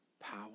power